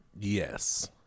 Yes